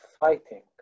fighting